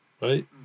right